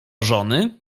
żony